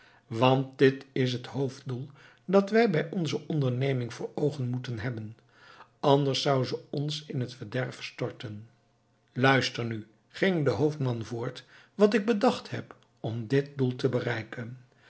want dit is het hoofddoel dat wij bij onze onderneming voor oogen moeten hebben anders zou ze ons in het verderf storten luistert nu ging de hoofdman voort wat ik bedacht heb om dit doel te bereiken